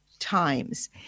Times